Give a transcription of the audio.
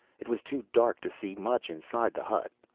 it was too dark to see much inside the hut.